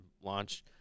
launch